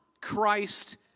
Christ